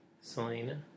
Selena